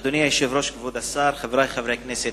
אדוני היושב-ראש, כבוד השר, חברי חברי הכנסת,